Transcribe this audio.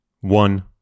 one